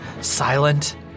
silent